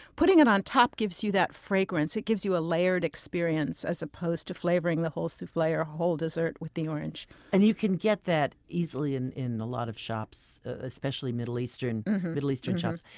putting it on top gives you that fragrance. it gives you a layered experience as opposed to flavoring the whole souffle or whole dessert with the orange and you can get that easily in in a lot of shops especially middle eastern middle eastern shops.